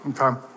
okay